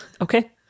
Okay